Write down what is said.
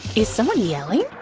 is someone yelling?